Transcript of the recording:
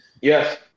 Yes